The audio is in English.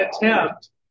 attempt